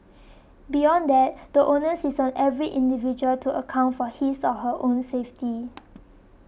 beyond that the onus is on every individual to account for his or her own safety